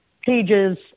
pages